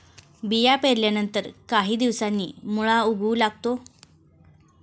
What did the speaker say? बिया पेरल्यानंतर काही दिवसांनी मुळा उगवू लागतो